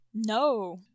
No